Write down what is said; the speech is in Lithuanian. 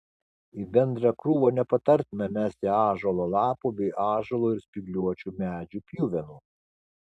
į bendrą krūvą nepatartina mesti ąžuolo lapų bei ąžuolo ir spygliuočių medžių pjuvenų